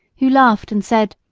who laughed and said,